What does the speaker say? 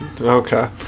Okay